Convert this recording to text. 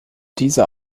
dieser